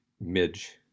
Midge